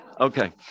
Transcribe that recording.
Okay